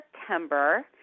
September